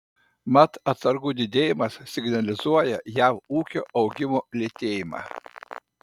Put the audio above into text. mat atsargų didėjimas signalizuoja jav ūkio augimo lėtėjimą